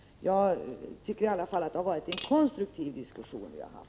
Jag tycker i alla fall att vi har haft en konstruktiv diskussion i dag.